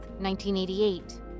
1988